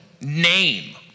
name